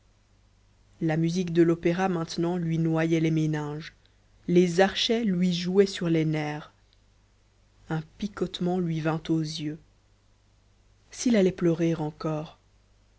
la musique de l'opéra maintenant lui noyait les méninges les archets lui jouaient sur les nerfs un picotement lui vint aux yeux s'il allait pleurer encore